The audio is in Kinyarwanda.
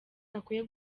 akwiye